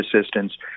assistance